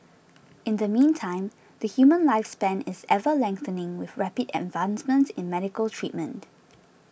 in the meantime the human lifespan is ever lengthening with rapid advancements in medical treatment